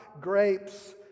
grapes